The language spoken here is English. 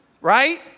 right